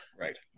Right